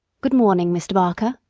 good-morning, mr. barker,